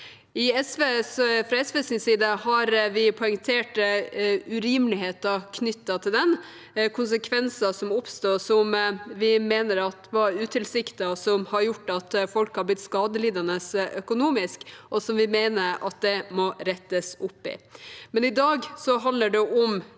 Fra SVs side har vi poengtert urimeligheter knyttet til den, konsekvenser som oppsto, som vi mener var utilsiktet, som har gjort at folk har blitt skadelidende økonomisk, og som vi mener at det må rettes opp i. I dag handler det om